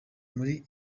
muri